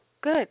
Good